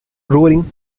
roaring